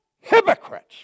hypocrites